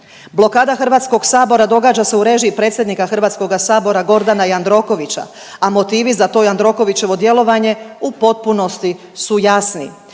Blokada Hrvatskog sabora događa se u režiji predsjednika Hrvatskoga sabora Gordana Jandrokovića, a motivi za to Jandrokovićevo djelovanje u potpunosti su jasni.